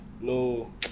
no